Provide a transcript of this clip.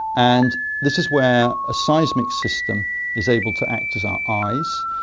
and this is where a seismic system is able to act as our eyes.